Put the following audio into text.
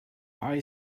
eye